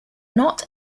not